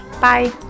Bye